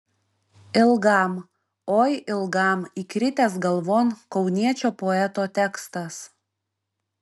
ilgam oi ilgam įkritęs galvon kauniečio poeto tekstas